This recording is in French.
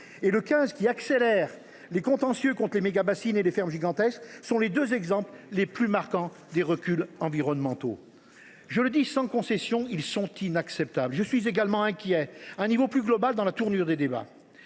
le second accélère les contentieux contre les mégabassines et les fermes gigantesques – sont les deux exemples les plus marquants de ces reculs environnementaux. Je le dis sans concession : ils sont inacceptables. Je suis également inquiet, à un niveau plus global, de la tournure des débats.